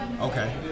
Okay